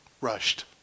rushed